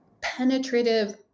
penetrative